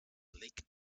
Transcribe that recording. lake